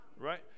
right